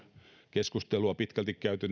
keskustelua pitkälti käyty